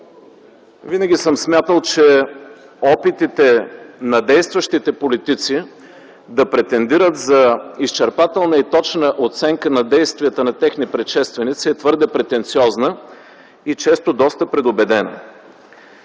Винаги съм смятал, че опитите на действащите политици да претендират за изчерпателна и точна оценка на действията на техни предшественици е твърде претенциозна, и често доста предубедена.